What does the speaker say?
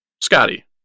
Scotty